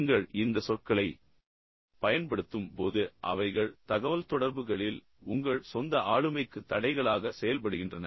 நீங்கள் இந்த சொற்களை பயன்படுத்தும் போது உண்மையில் அவைகள் தகவல்தொடர்புகளில் உங்கள் சொந்த ஆளுமைக்கு தடைகளாக செயல்படுகின்றன